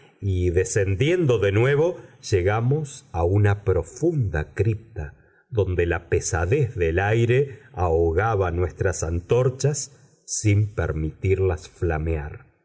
y descendiendo de nuevo llegamos a una profunda cripta donde la pesadez del aire ahogaba nuestras antorchas sin permitirlas flamear